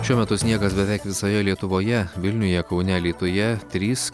šiuo metu sniegas beveik visoje lietuvoje vilniuje kaune alytuje trys